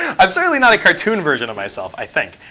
i'm certainly, not a cartoon version of myself, i think.